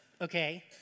okay